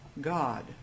God